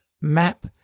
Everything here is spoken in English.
map